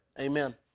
Amen